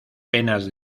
penas